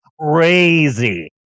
crazy